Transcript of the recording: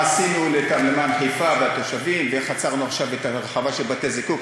מה עשינו למען חיפה והתושבים ואיך עצרנו את ההרחבה של בתי-הזיקוק.